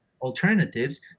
alternatives